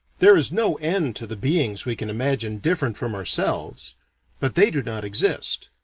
there is no end to the beings we can imagine different from ourselves but they do not exist,